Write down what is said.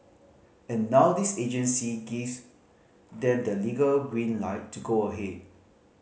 and now this agency gives them the legal green light to go ahead